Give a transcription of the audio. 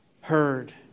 heard